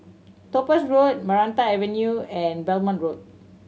Topaz Road Maranta Avenue and Belmont Road